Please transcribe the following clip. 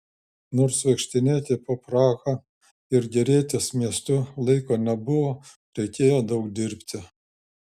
nors vaikštinėti po prahą ir gėrėtis miestu laiko nebuvo reikėjo daug dirbti